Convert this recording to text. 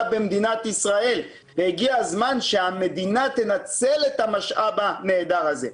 במדינת ישראל והגיע הזמן שהמדינה תנצל את המשאב הנהדר הזה.